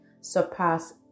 surpass